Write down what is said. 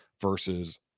versus